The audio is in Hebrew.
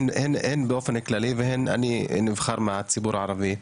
הן באופן כללי והן אני נבחר מהציבור הערבי.